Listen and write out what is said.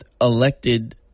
elected